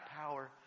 power